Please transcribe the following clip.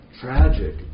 tragic